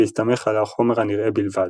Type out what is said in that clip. בהסתמך על החומר הנראה בלבד.